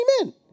Amen